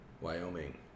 wyoming